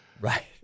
Right